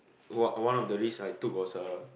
o~ one of the risk I took was a